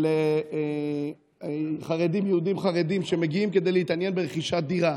של יהודים חרדים שמגיעים כדי להתעניין ברכישת דירה